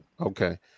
Okay